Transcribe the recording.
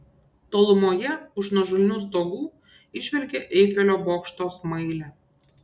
tolumoje už nuožulnių stogų įžvelgė eifelio bokšto smailę